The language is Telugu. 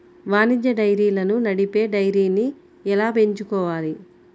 వాణిజ్య డైరీలను నడిపే డైరీని ఎలా ఎంచుకోవాలి?